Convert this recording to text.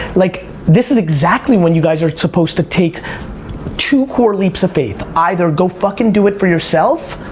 like this is exactly when you guys are supposed to take two core leaps of faith. either go fuckin' do it for yourself,